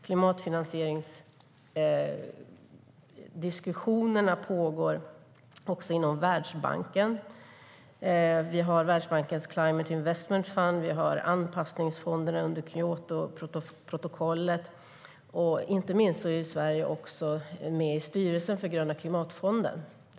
Klimatfinansieringsdiskussionerna pågår också inom Världsbanken; vi har Världsbankens Climate Investment Funds. Vi har även anpassningsfonderna under Kyotoprotokollet, och inte minst är Sverige med i styrelsen för Gröna klimatfonden.